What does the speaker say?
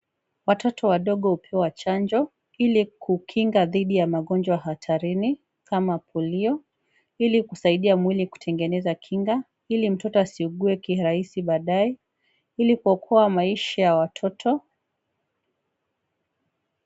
Watoto wadogo hupewa chanjo ilikukinga dhidi ya magonjwa hatarini kama polio ilikusaidiwa mwili kutengeneza kinga ili mtoto asiugue kirahisi baadae ilikuokuokoa maisha ya watoto.